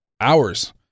hours